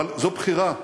אבל זו בחירה,